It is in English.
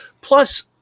Plus